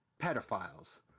pedophiles